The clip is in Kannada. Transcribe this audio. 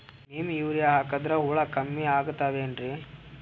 ನೀಮ್ ಯೂರಿಯ ಹಾಕದ್ರ ಹುಳ ಕಮ್ಮಿ ಆಗತಾವೇನರಿ?